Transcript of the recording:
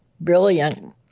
brilliant